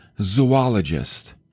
zoologist